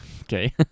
Okay